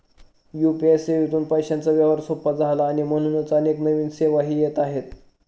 UPI सेवेतून पैशांचा व्यवहार सोपा झाला आणि म्हणूनच अनेक नवीन सेवाही येत आहेत